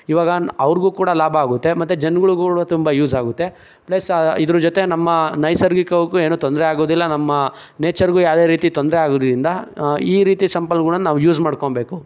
ಈವಾಗ ಅವ್ರಿಗೂ ಕೂಡ ಲಾಭ ಆಗುತ್ತೆ ಮತ್ತು ಜನ್ಗಳ್ಗು ಕೂಡ ತುಂಬ ಯೂಸ್ ಆಗುತ್ತೆ ಪ್ಲಸ್ ಇದರ ಜೊತೆ ನಮ್ಮ ನೈಸರ್ಗಿಕವಾಗೂ ಏನು ತೊಂದರೆಯಾಗೊದಿಲ್ಲ ನಮ್ಮ ನೇಚರ್ಗೂ ಯಾವುದೇ ರೀತಿ ತೊಂದರೆಯಾಗುದ್ಲಿಂದ ಈ ರೀತಿ ಸಂಪನ್ಗುಳನ್ ನಾವು ಯೂಸ್ ಮಾಡ್ಕೊಬೇಕು